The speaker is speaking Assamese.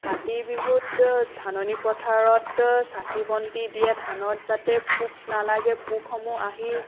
কাতি বিহুত ধাননি পথাৰত চাকি বন্তি দিয়ে ধানত যাতে পোক নালাগে পোকসমূহ আহি